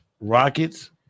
Rockets